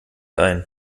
ein